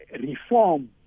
reform